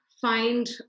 find